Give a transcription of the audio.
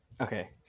okay